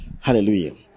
Hallelujah